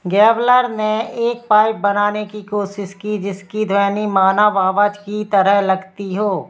Gabler ने एक pipe बनाने की कोशिश की जिसकी ध्वनि मानव आवाज़ की तरह लगती हो